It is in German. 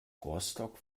rostock